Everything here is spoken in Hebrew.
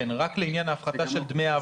כן, רק לעניין ההפחתה של דמי האבטלה.